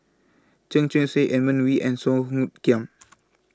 Chu Chee Seng Edmund Wee and Song Hoot Kiam